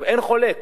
אין חולק,